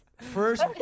First